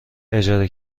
اجاره